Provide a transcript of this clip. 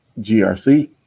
GRC